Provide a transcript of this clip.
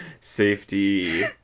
safety